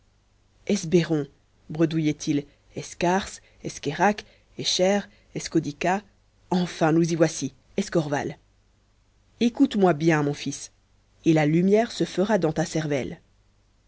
esbayron bredouillait il escars escayrac escher escodica enfin nous y voici escorval écoute-moi bien mon fils et la lumière se fera dans ta cervelle